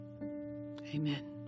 amen